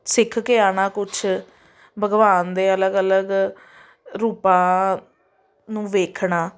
ਸਿੱਖ ਕੇ ਆਉਣਾ ਕੁਛ ਭਗਵਾਨ ਦੇ ਅਲੱਗ ਅਲੱਗ ਰੂਪਾਂ ਨੂੰ ਦੇਖਣਾ